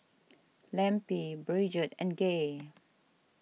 Lempi Bridgett and Gay